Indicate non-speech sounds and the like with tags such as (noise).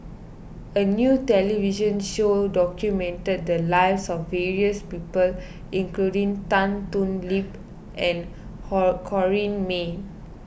a new television show documented the lives of various people including Tan Thoon Lip and (unintelligible) Corrinne May